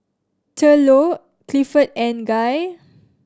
Thurlow Clifford and Guy